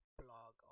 blog